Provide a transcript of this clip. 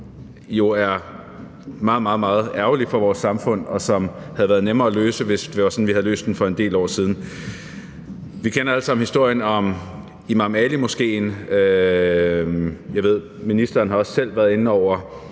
som er meget, meget ærgerlig for vores samfund, og som havde været nemmere at løse, hvis det var sådan, at vi havde løst den for en del år siden. Vi kender alle sammen historien om Imam Ali Moskeen. Jeg ved, at ministeren også selv har været inde over